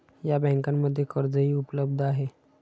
या बँकांमध्ये कर्जही उपलब्ध आहे